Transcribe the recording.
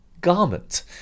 garment